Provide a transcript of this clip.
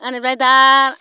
बेनिफ्राय दा